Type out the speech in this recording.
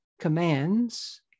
commands